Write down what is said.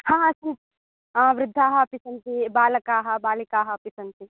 हा अस्मि वृद्धाः अपि सन्ति बालकाः बालिकाः अपि सन्ति